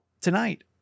tonight